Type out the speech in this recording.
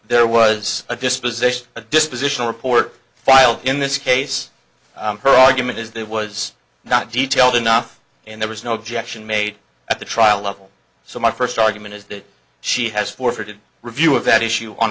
there was a disposition a disposition report filed in this case her argument is that it was not detailed enough and there was no objection made at the trial level so my first argument is that she has forfeited review of that issue on